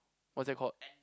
what's that called